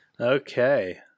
Okay